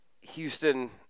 Houston